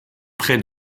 près